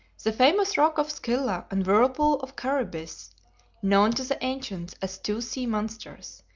the famous rock of scylla and whirlpool of charybdis, known to the ancients as two sea-monsters,